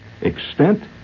Extent